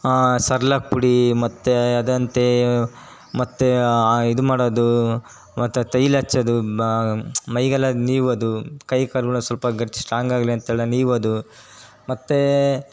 Cerelac ಪುಡಿ ಮತ್ತೆ ಅದಂತೆ ಮತ್ತೆ ಇದು ಮಾಡೋದು ಮತ್ತೆ ತೈಲ ಹಚ್ಚೋದು ಬಾ ಮೈಗೆಲ್ಲ ನೀವೋದು ಕೈಕಾಲುಗಳು ಸ್ವಲ್ಪ ಗಟ್ಟಿ ಸ್ಟ್ರಾಂಗಾಗಲಿ ಅಂಥೇಳಿ ನೀವೋದು ಮತ್ತೆ